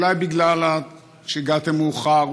אולי בגלל שהגעתם מאוחר,